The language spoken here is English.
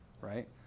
right